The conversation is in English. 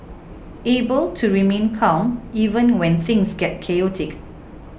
able to remain calm even when things get chaotic